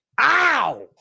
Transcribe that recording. Ow